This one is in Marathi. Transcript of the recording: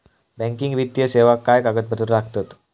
बँकिंग वित्तीय सेवाक काय कागदपत्र लागतत?